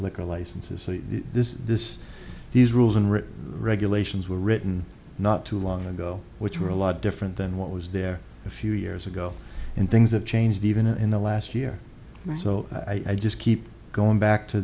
liquor licenses this is this these rules unwritten regulations were written not too long ago which were a lot different than what was there a few years ago and things have changed even in the last year or so i just keep going back to